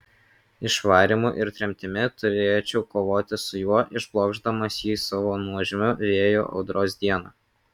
išvarymu ir tremtimi turėčiau kovoti su juo išblokšdamas jį savo nuožmiu vėju audros dieną